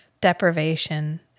deprivation